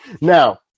Now